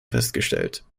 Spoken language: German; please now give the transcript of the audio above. festgestellt